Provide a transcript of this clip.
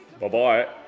Bye-bye